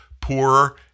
poorer